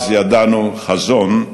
אז ידענו חזון,